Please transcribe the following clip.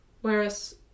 Whereas